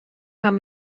haben